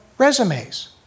resumes